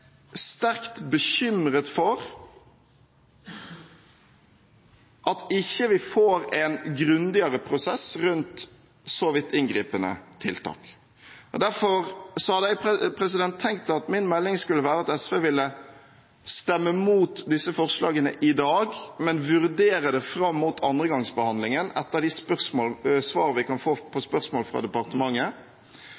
sterkt bekymret for at vi ikke får en grundigere prosess rundt såpass inngripende tiltak. Derfor hadde jeg tenkt at min melding skulle være at SV ville stemme imot disse forslagene i dag, men vurdere det fram mot andregangsbehandlingen, etter de svarene vi kan få på spørsmål til departementet.